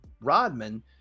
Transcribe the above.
Rodman